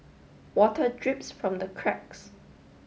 water drips from the cracks